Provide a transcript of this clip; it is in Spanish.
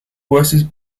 jueces